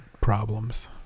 problems